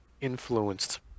influenced